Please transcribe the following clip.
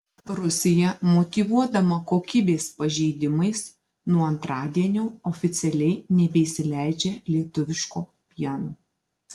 rusija motyvuodama kokybės pažeidimais nuo antradienio oficialiai nebeįsileidžia lietuviško pieno